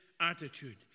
attitude